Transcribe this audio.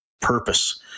purpose